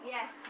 Yes